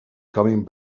coming